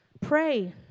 pray